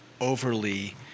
overly